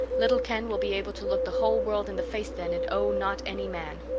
little ken will be able to look the whole world in the face then and owe not any man.